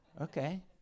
okay